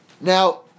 Now